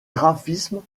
graphismes